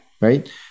Right